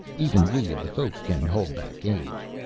even we of the folk can hold back age.